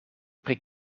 pri